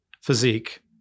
physique